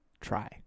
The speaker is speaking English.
Try